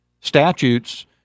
statutes